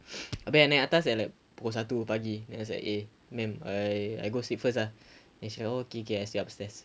habis naik atas like pukul satu pagi then I was like eh ma'am I I go sleep first ah then she like oh K K I see you upstairs